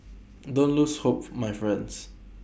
don't lose hope my friends